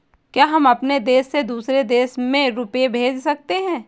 क्या हम अपने देश से दूसरे देश में रुपये भेज सकते हैं?